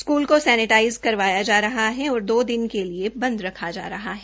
school को sanitise करवाया जा रहा है और दो दिन के लिए बंद रखा जा रहा है